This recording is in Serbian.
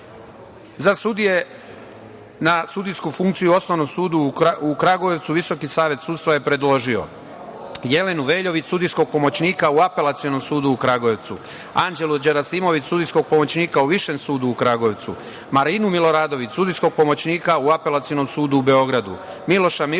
sudije na sudijsku funkciju u Osnovnom sudu u Kragujevcu Visoki savet sudstava je predložio: Jelenu Veljović, sudijskog pomoćnika u Apelacionom sudu u Kragujevcu, Anđelo Đerasimović, sudijskog pomoćnika u Višem sudu u Kragujevcu, Marinu Miloradović, sudijskog pomoćnika u Apelacionom sudu u Beogradu, Miloša Mirkovića,